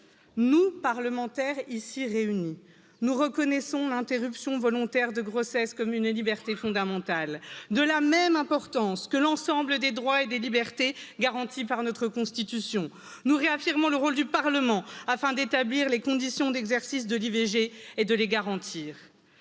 nous parlementaires ici réunis nous reconnaissons l'interruption volontaire de grossesse comme une liberté fondamentale de la même importance que l'ensemble des droits et des libertés garanties par notre Constitution, nous réaffirmons le rôle du Parlement afin d'établir les conditions d'exercice et de les garantir.